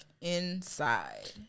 inside